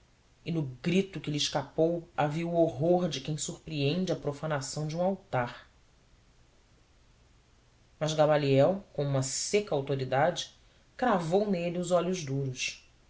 e no grito que lhe escapou havia o horror de quem surpreendeu a profanação de um altar mas gamaliel com uma seca autoridade cravou nele os olhos duros